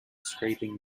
scraping